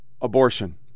abortion